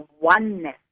oneness